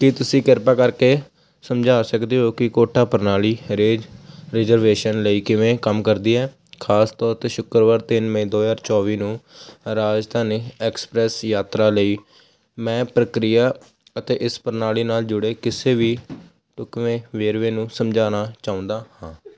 ਕੀ ਤੁਸੀਂ ਕਿਰਪਾ ਕਰਕੇ ਸਮਝਾ ਸਕਦੇ ਹੋ ਕਿ ਕੋਟਾ ਪ੍ਰਣਾਲੀ ਰੇਲ ਰਿਜ਼ਰਵੇਸ਼ਨ ਲਈ ਕਿਵੇਂ ਕੰਮ ਕਰਦੀ ਹੈ ਖਾਸ ਤੌਰ 'ਤੇ ਸ਼ੁੱਕਰਵਾਰ ਤਿੰਨ ਮਈ ਦੋ ਹਜ਼ਾਰ ਚੌਵੀ ਨੂੰ ਰਾਜਧਾਨੀ ਐਕਸਪ੍ਰੈਸ ਯਾਤਰਾ ਲਈ ਮੈਂ ਪ੍ਰਕਿਰਿਆ ਅਤੇ ਇਸ ਪ੍ਰਣਾਲੀ ਨਾਲ ਜੁੜੇ ਕਿਸੇ ਵੀ ਢੁੱਕਵੇਂ ਵੇਰਵੇ ਨੂੰ ਸਮਝਾਉਣਾ ਚਾਹੁੰਦਾ ਹਾਂ